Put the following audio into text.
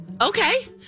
Okay